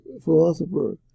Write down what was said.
philosopher